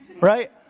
Right